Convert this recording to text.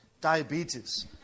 diabetes